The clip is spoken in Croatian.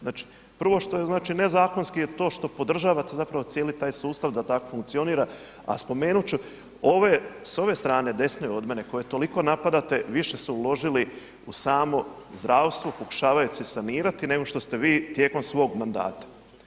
Znači, prvo što je znači nezakonski je to što podržavate zapravo cijeli taj sustav da tako funkcionira, a spomenut ću ove, s ove strane desne od mene koju toliko napadate, više su uložili u samo zdravstvo pokušavajući se sanirati nego što ste vi tijekom svog mandata.